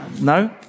No